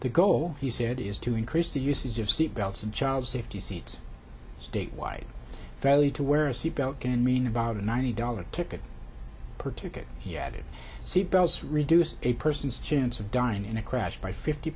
the goal he said is to increase the usage of seat belts and child safety seats statewide value to wear a seat belt can mean about a ninety dollars ticket per ticket he added seat belts reduce a person's chance of dying in a crash by fifty